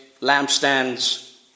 lampstands